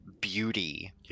beauty